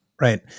right